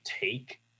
take